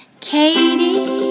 Katie